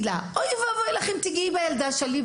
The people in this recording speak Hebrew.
לה - אוי ואבוי לך אם תגעי בילדה שלי,